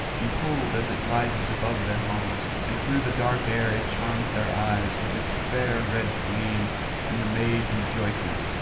behold as it rises above their homes, and through the dark air it charms their eyes with its fair red gleam and the maid rejoices,